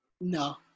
No